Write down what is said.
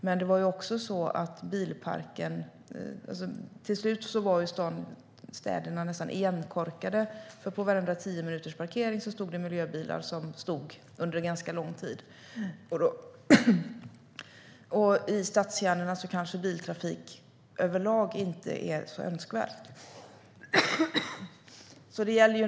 Men till slut var städerna nästan igenkorkade eftersom det på varenda tiominutersparkering stod miljöbilar under ganska lång tid. I stadskärnorna kanske biltrafik överlag kanske inte är så önskvärd.